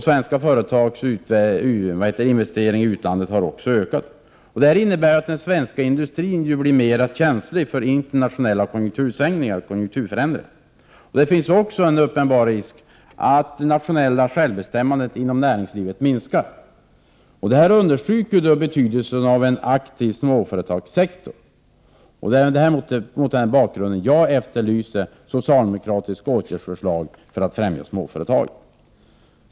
Svenska företags investeringar i utlandet har också ökat. Detta innebär att den svenska industrin blir mera känslig för internationella konjunktursvängningar och konjunkturförändringar. Det finns även en uppenbar risk, nämligen att det nationella självbestämmandet inom näringslivet minskar. Detta understryker betydelsen av en aktiv småföretagssektor. Det är mot den bakgrunden som jag efterlyser socialdemokratiska åtgärdsförslag för att främja småföretag.